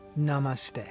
Namaste